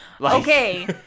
okay